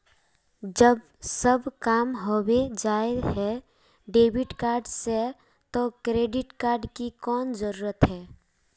जब सब काम होबे जाय है डेबिट कार्ड से तो क्रेडिट कार्ड की कोन जरूरत है?